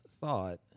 thought